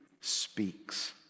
speaks